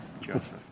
Joseph